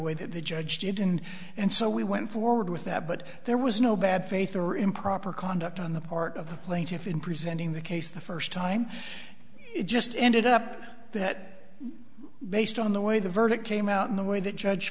way that the judge didn't and so we went forward with that but there was no bad faith or improper conduct on the part of the plaintiff in presenting the case the first time it just ended up that based on the way the verdict came out in the way that judge